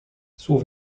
słów